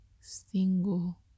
single